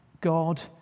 God